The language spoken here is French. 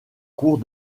cours